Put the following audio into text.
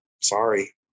sorry